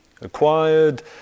acquired